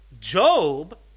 Job